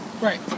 Right